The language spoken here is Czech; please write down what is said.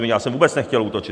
Já jsem vůbec nechtěl útočit.